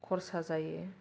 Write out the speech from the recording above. खरसा जायो